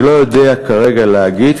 אני לא יודע כרגע להגיד,